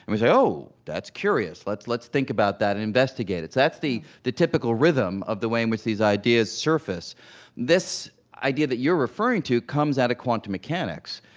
and we say, oh, that's curious. let's let's think about that, investigate it. so that's the the typical rhythm of the way in which these ideas surface this idea that you're referring to comes out of quantum mechanics,